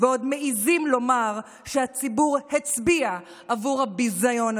ועוד מעיזים לומר שהציבור הצביע עבור הביזיון הזה.